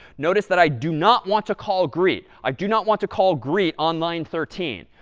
notice that i do not want to call greet. i do not want to call greet on line thirteen.